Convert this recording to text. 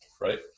right